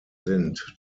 sind